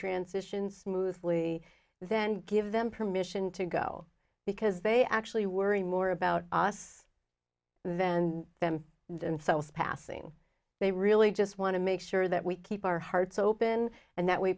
transitions move fully then give them permission to go because they actually worry more about us than them themselves passing they really just want to make sure that we keep our hearts open and that we